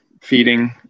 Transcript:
feeding